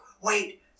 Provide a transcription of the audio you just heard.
wait